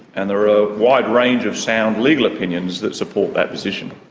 and there are a wide range of sound legal opinions that support that position.